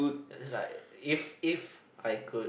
is like if if I could